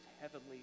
heavenly